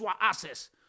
access